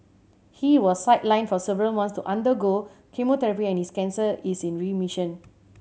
he was sidelined for several months to undergo chemotherapy and his cancer is in remission